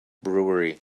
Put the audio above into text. brewery